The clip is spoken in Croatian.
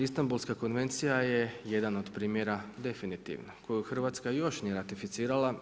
Istanbulska konvencija je jedan od primjera definitivno koju Hrvatska još nije ratificirala.